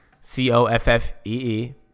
C-O-F-F-E-E